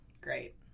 great